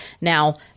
Now